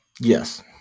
Yes